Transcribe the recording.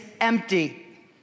empty